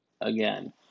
again